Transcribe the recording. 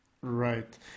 Right